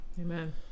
Amen